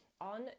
On